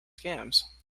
scams